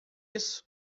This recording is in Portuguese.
isso